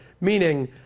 meaning